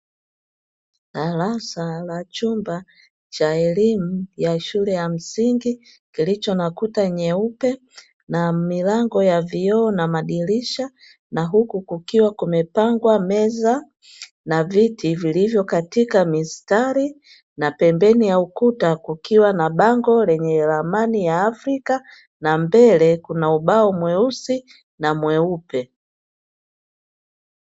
Darasa la chumba cha elimu ya shule ya msingi, kilicho na kuta nyeupe na milango ya vioo vya madirisha, na huku kukiwa kumepangwa meza na viti vilivyo katika mistari, na pembeni ya ukuta kukiwa na bango lenye ramani ya Afrika, na mbele kuna ubao mweupe.